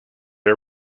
are